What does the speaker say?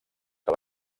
que